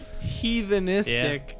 heathenistic